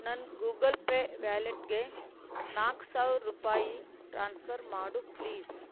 ನನ್ನ Google Pay ವ್ಯಾಲೆಟ್ಗೆ ನಾಲ್ಕು ಸಾವಿರ ರೂಪಾಯಿ ಟ್ರಾನ್ಸ್ಫರ್ ಮಾಡು ಪ್ಲೀಸ್